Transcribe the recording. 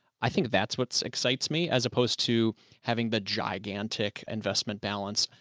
i think that's what excites me as opposed to having the gigantic investment balance,